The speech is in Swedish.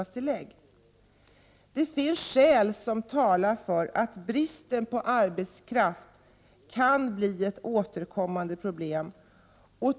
Det finns skäl som talar för att bristen på arbetskraft kan bli ett återkommande problem.